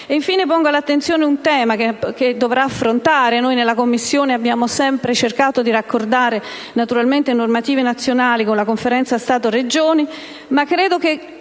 Infine, pongo all'attenzione un tema che dovrà essere affrontato. In Commissione abbiamo sempre cercato di raccordare, naturalmente, le normative nazionali con l'azione della Conferenza Stato‑Regioni, ma credo che